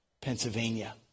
Pennsylvania